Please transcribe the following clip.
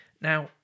Now